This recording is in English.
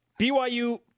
BYU